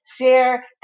share